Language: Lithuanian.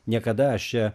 niekada aš čia